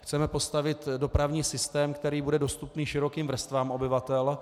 Chceme postavit dopravní systém, který bude dostupný širokým vrstvám obyvatel.